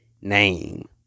name